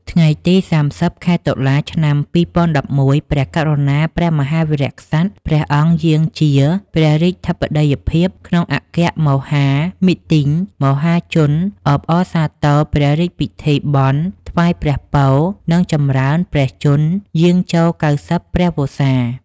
ថ្ងៃទី៣០ ខែតុលា ឆ្នាំ២០១១ ព្រះករុណាព្រះមហាវីរក្សត្រ ព្រះអង្គយាងជាព្រះរាជាធិបតីភាពក្នុងអង្គមហាមិទ្ទិញមហាជនអបអរសាទរព្រះរាជពិធីបុណ្យថ្វាយព្រះពរ និងចម្រើនព្រះជន្មយាងចូល ៩០ ព្រះវស្សា។